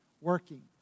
working